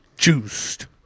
juiced